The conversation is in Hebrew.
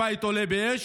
ועוד בית כמעט עולה באש,